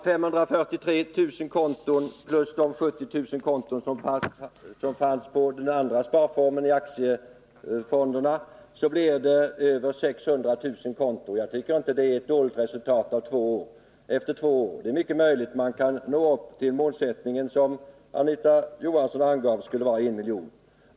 543 000 konton plus 70 000 konton i den andra sparformen, i aktiefonderna, blir över 600 000 konton. Jag tycker inte det är något dåligt resultat efter två år. Det är mycket möjligt att man kan nå upp till målsättningen, som Anita Johansson angav skulle vara 1 miljon.